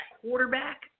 quarterback